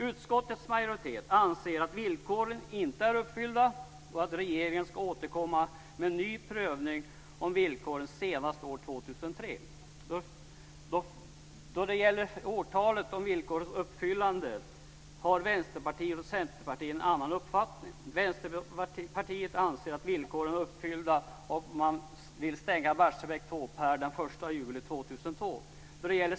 Utskottets majoritet anser att villkoren inte är uppfyllda och att regeringen ska återkomma med en ny prövning beträffande villkoren senast år 2003. Då det gäller årtal och villkorens uppfyllande har Vänsterpartiet och Centerpartiet en annan uppfattning. Vänsterpartiet anser att villkoren är uppfyllda och vill stänga Barsebäck 2 per den 1 juli 2002.